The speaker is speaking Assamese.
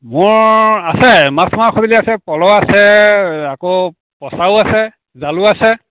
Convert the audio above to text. মোৰ আছে মাছ মৰা সঁজুলি আছে পলহ আছে আকৌ পচাও আছে জালো আছে